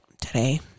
today